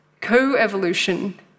co-evolution